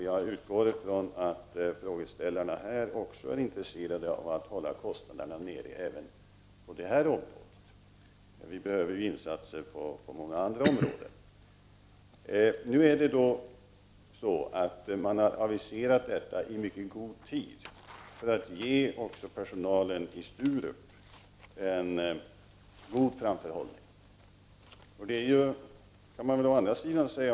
Jag utgår från att frågeställarna också är intresserade av att hålla kostnaderna nere även på detta område. Vi behöver ju insatser på många andra områden. Denna förändring har aviserats i mycket god tid för att ge personalen på Sturup en god framförhållning.